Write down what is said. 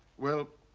well.